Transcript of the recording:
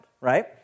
right